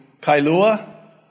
Kailua